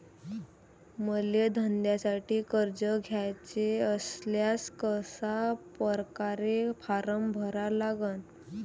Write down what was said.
मले धंद्यासाठी कर्ज घ्याचे असल्यास कशा परकारे फारम भरा लागन?